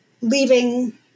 leaving